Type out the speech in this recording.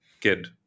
kid